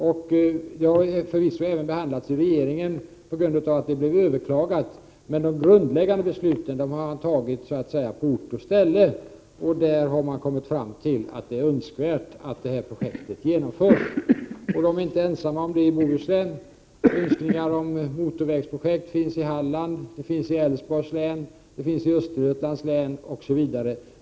Ärendet har förvisso även behandlats i regeringen på grund av att beslutet överklagades. Men det grundläggande beslutet har fattats på ort och ställe. Där har man kommit fram till att det är önskvärt att detta projekt genomförs. De är inte ensamma om det i Bohuslän. Önskemål om motorvägsprojekt finns i Halland, i Älvsborgs län, i Östergötlands län osv.